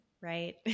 right